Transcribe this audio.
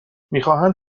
میخواهند